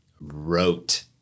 wrote